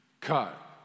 Cut